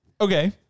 Okay